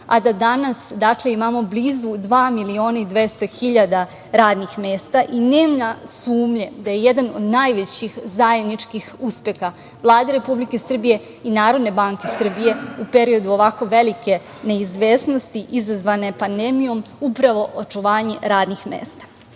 a da danas imamo blizu dva miliona i 200 hiljada radnih mesta. Nema sumnje da je jedan od najvećih zajedničkih uspeha Vlade Republike Srbije i Narodne banke Srbije u periodu ovako velike neizvesnosti izazvane pandemijom upravo očuvanje radnih